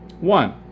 One